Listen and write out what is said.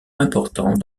important